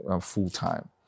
full-time